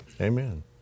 Amen